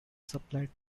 supplied